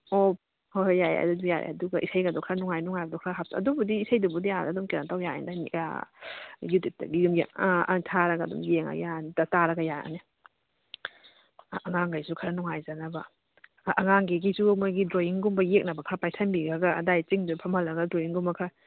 ꯑꯣ ꯍꯣꯏ ꯍꯣꯏ ꯌꯥꯏ ꯑꯗꯨꯗꯤ ꯌꯥꯏ ꯑꯗꯨꯒ ꯏꯁꯩꯒꯗꯣ ꯈꯔ ꯅꯨꯡꯉꯥꯏ ꯅꯨꯡꯉꯥꯏꯕꯗꯣ ꯈꯔ ꯍꯥꯞꯄꯣ ꯑꯗꯨꯕꯨꯗꯤ ꯏꯁꯩꯗꯨꯕꯨꯗꯤ ꯑꯥꯗ ꯑꯗꯨꯝ ꯀꯩꯅꯣ ꯇꯧ ꯌꯥꯏꯅꯤꯗ ꯌꯨꯇ꯭ꯌꯨꯕꯇꯒꯤ ꯑ ꯑ ꯊꯥꯔꯒ ꯑꯗꯨꯝ ꯌꯦꯡꯉ ꯌꯥꯔꯅꯤꯗ ꯇꯥꯔꯒ ꯌꯥꯔꯅꯤ ꯑꯉꯥꯡꯒꯩꯁꯨ ꯈꯔ ꯅꯨꯡꯉꯥꯏꯖꯅꯕ ꯑꯉꯥꯡꯈꯩꯒꯤꯁꯨ ꯃꯣꯏꯒꯤ ꯗ꯭ꯔꯣꯋꯤꯡꯒꯨꯝꯕ ꯌꯦꯛꯅꯕ ꯈꯔ ꯄꯥꯏꯁꯟꯕꯤꯔꯒ ꯑꯗꯥꯏ ꯆꯤꯡꯗꯨꯗ ꯐꯝꯍꯜꯂꯒ ꯗ꯭ꯔꯣꯋꯤꯡꯒꯨꯝꯕ ꯈꯔ